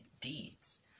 deeds